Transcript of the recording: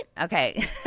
okay